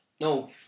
No